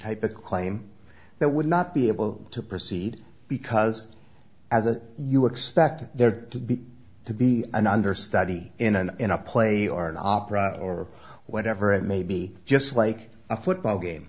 type of claim that would not be able to proceed because as a you expect there to be to be an understudy in an in a play or an opera or whatever it may be just like a football game